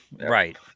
Right